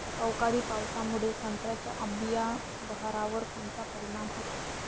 अवकाळी पावसामुळे संत्र्याच्या अंबीया बहारावर कोनचा परिणाम होतो?